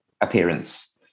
appearance